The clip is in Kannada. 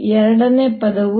ಎರಡನೆಯ ಪದವು 0